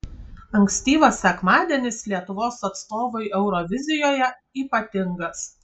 ankstyvas sekmadienis lietuvos atstovui eurovizijoje ypatingas